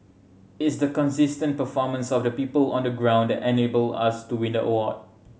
it's the consistent performance of the people on the ground that enabled us to win the award